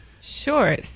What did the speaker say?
Sure